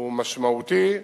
הוא משמעותי,